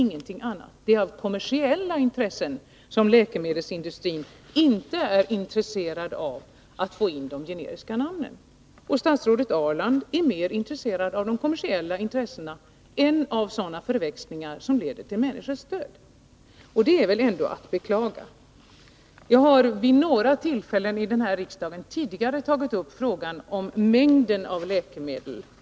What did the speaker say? Det är av kommersiella skäl som läkemedelsindustrin inte är intresserad av att använda de generiska namnen. Statsrådet Ahrland är mer intresserad av de kommersiella intressena än av att vidta åtgärder för att undvika förväxlingar som leder till människors död. Det är att beklaga. Jag har vid några tillfällen tidigare i riksdagen tagit upp frågan om mängden av läkemedel.